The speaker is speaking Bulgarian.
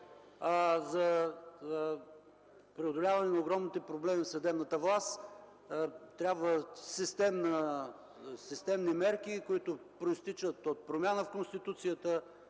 За преодоляване на огромните проблеми в съдебната власт трябват системни мерки, които произтичат от промяна в Конституцията,